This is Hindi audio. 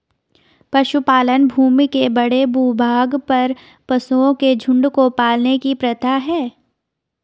पशुपालन भूमि के बड़े भूभाग पर पशुओं के झुंड को पालने की प्रथा है